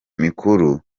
mikuru